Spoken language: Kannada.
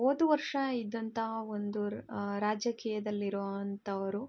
ಹೋದ್ ವರ್ಷ ಇದ್ದಂತಹ ಒಂದು ರಾಜಕೀಯದಲ್ಲಿ ಇರೋ ಅಂಥವ್ರು